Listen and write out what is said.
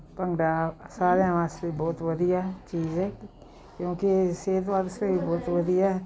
ਭੰਗੜਾ ਸਾਰਿਆਂ ਵਾਸਤੇ ਬਹੁਤ ਵਧੀਆ ਚੀਜ਼ ਹੈ ਇੱਕ ਕਿਉਂਕਿ ਇਹ ਸਿਹਤ ਵਾਸਤੇ ਵੀ ਬਹੁਤ ਵਧੀਆ